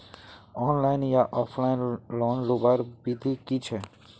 Online या offline loan लुबार विधि की छे?